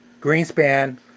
Greenspan